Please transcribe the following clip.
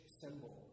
symbol